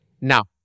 Now